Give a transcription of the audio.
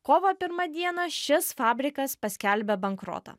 kovo pirmą dieną šis fabrikas paskelbia bankrotą